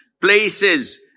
places